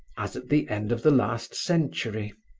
as at the end of the last century.